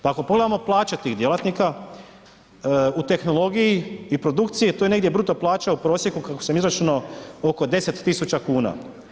Pa ako pogledamo plaće tih djelatnika u tehnologiji i produkciji tu je negdje bruto plaća u prosjeku kako sam izračunao oko 10.000 kuna.